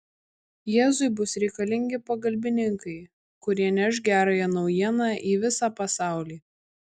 jėzui bus reikalingi pagalbininkai kurie neš gerąją naujieną į visą pasaulį